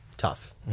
Tough